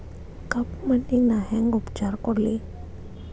ಕಪ್ಪ ಮಣ್ಣಿಗ ನಾ ಹೆಂಗ್ ಉಪಚಾರ ಕೊಡ್ಲಿ?